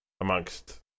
amongst